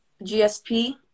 GSP